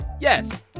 Yes